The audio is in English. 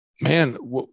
man